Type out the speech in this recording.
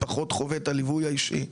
פחות חווה את הליווי האישי,